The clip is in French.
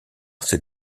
ses